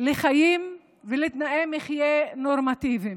לחיים ולתנאי מחיה נורמטיביים.